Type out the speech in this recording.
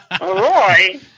Roy